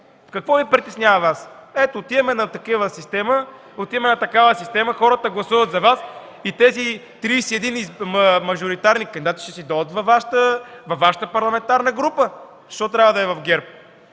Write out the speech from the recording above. какво Ви притеснява? Отиваме на такава система, хората гласуват за Вас и тези 31 мажоритарни кандидати ще си дойдат във Вашата парламентарна група. Защо трябва да е в ГЕРБ?